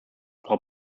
frau